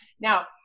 now